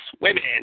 Women